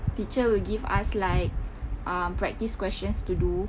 teacher will give us like uh practice questions to do